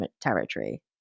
territory